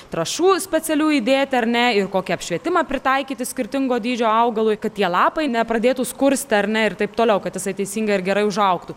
trąšų specialių įdėti ar ne ir kokį apšvietimą pritaikyti skirtingo dydžio augalui kad tie lapai nepradėtų skursti ar ne ir taip toliau kad jisai teisingai ar gerai užaugtų